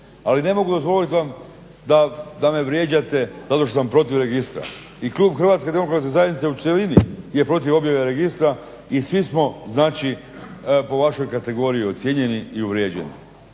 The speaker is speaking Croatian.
Ali ne mogu dozvolit vam da me vrijeđate zato što sam protiv registra. I klub Hrvatske demokratske zajednice u cjelini je protiv objave registra i svi smo znači po vašoj kategoriji ocijenjeni i uvrijeđeni.